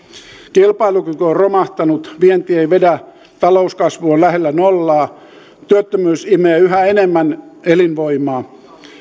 kilpailukyky on on romahtanut vienti ei vedä talouskasvu on lähellä nollaa työttömyys imee yhä enemmän elinvoimaa